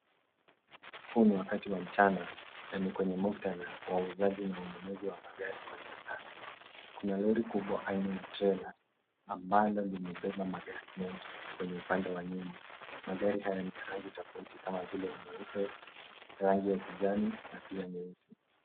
Huu ni wakati wa mchana, na ni kwenye muktadha wa uuzaji na ununuzi wa magari kwenye mnada. Kuna lori kubwa aina ya trela ambalo limebeba magari mengi kwenye upande wa nyuma . Magari haya ni ya rangi tofauti kama vile nyeupe, rangi ya kijani na pia nyeusi.